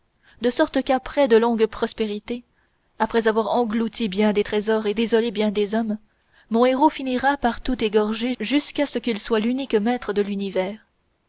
de sorte qu'après de longues prospérités après avoir englouti bien des trésors et désolé bien des hommes mon héros finira par tout égorger jusqu'à ce qu'il soit l'unique maître de l'univers